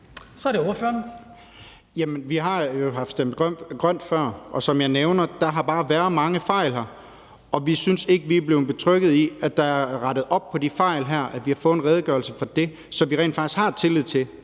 Bøgsted (DD): Jamen vi har jo stemt grønt før. Som jeg nævnte, har der bare været mange fejl, og vi synes ikke, at vi er blevet betrygget i, at der er blevet rettet op på de fejl, og at vi har fået en redegørelse af det, så vi rent faktisk har tillid til,